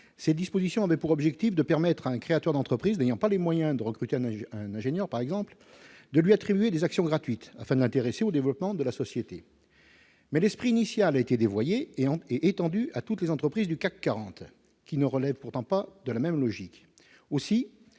Cette disposition avait pour objet de permettre à un créateur d'entreprise n'ayant pas les moyens de recruter un ingénieur, par exemple, d'attribuer à celui-ci des actions gratuites afin de l'intéresser au développement de la société. L'esprit initial a été dévoyé et ce dispositif a été étendu à toutes les entreprises du CAC 40, qui ne relèvent pourtant pas de la même logique. Aussi